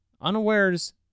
unawares